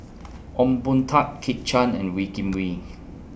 Ong Boon Tat Kit Chan and Wee Kim Wee